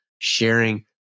sharing